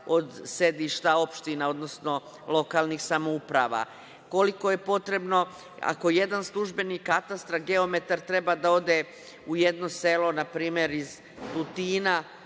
od sedišta opština, odnosno lokalnih samouprava, koliko je potrebno ako jedan službenik katastra geometar treba da ode u jedno selo, na primer iz Tutina,